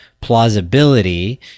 plausibility